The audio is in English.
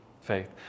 faith